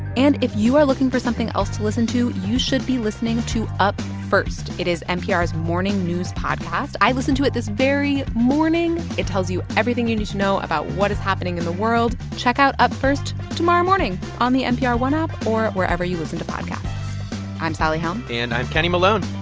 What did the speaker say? and if you are looking for something else to listen to, you should be listening to up first. it is npr's morning news podcast. i listened to it this very morning. it tells you everything you need to know about what is happening in the world. check out up first tomorrow morning on the npr one app or wherever you listen to podcasts i'm sally helm and i'm kenny malone.